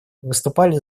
выступали